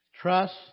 Trust